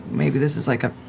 maybe this is like a